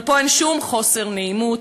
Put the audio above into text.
אבל פה אין שום חוסר נעימות,